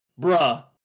Bruh